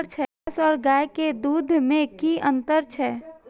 भैस और गाय के दूध में कि अंतर छै?